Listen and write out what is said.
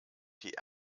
die